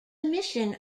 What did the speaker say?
mission